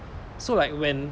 so like when